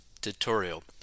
tutorial